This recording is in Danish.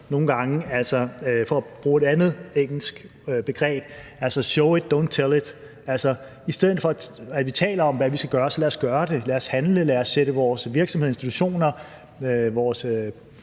nogle gange for at bruge et andet engelske begreb, at jeg tænker: Show it, don't tell it. I stedet for at vi taler om, hvad vi skal gøre, så lad os gøre det. Lad os handle. Lad os sætte vores virksomheder og institutioner og